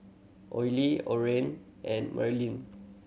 Oley Oran and Marilynn